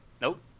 Nope